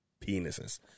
penises